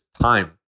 time